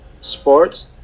Sports